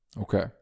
Okay